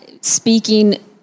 speaking